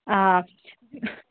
آ